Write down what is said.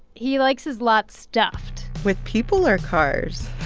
he likes his lot stuffed with people or cars?